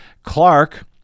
Clark